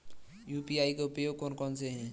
UPI के उपयोग कौन कौन से हैं?